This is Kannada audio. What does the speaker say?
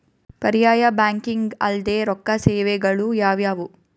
ಪರ್ಯಾಯ ಬ್ಯಾಂಕಿಂಗ್ ಅಲ್ದೇ ರೊಕ್ಕ ಸೇವೆಗಳು ಯಾವ್ಯಾವು?